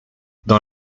dans